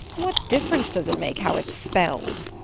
what difference does it make how it's spelled?